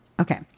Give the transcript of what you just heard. Okay